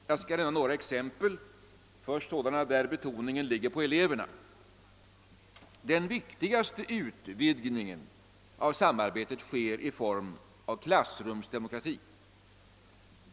Jag skall här nämna några exempel på sådana, där betoningen ligger på eleverna. Den viktigaste utvidgningen av samarbetet sker i form av klassrumsdemokrati.